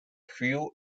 few